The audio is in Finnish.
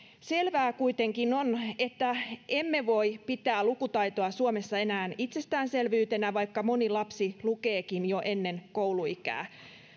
selvää kuitenkin on että emme voi pitää lukutaitoa suomessa enää itsestäänselvyytenä vaikka moni lapsi lukeekin jo ennen kouluikää